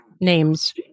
Names